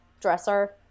dresser